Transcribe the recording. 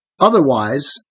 Otherwise